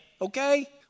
Okay